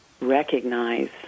recognize